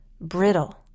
brittle